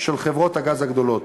של חברות הגז הגדולות.